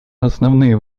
основные